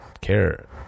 care